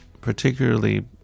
particularly